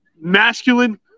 masculine